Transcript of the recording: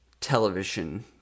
television